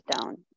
down